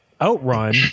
OutRun